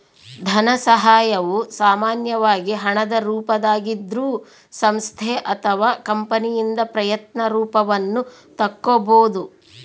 ಧನಸಹಾಯವು ಸಾಮಾನ್ಯವಾಗಿ ಹಣದ ರೂಪದಾಗಿದ್ರೂ ಸಂಸ್ಥೆ ಅಥವಾ ಕಂಪನಿಯಿಂದ ಪ್ರಯತ್ನ ರೂಪವನ್ನು ತಕ್ಕೊಬೋದು